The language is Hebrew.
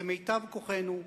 כמיטב כוחנו,